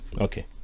okay